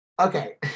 okay